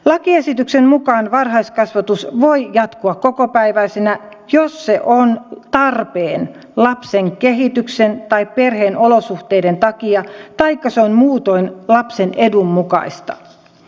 lakiesityksen mukaan varhaiskasvatus voi jatkua kokopäiväisenä jos se on tarpeen lapsen kehityksen tai perheen olosuhteiden takia taikka se on muutoin lapsen edun mukaista